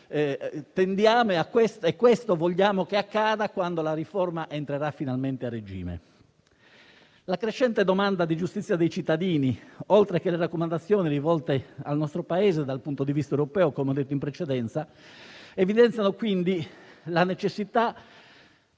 questo tendiamo e questo vogliamo che accada quando la riforma entrerà finalmente a regime. La crescente domanda di giustizia dei cittadini, oltre alle raccomandazioni rivolte al nostro Paese dall'Europa, come detto in precedenza, evidenzia quindi la necessità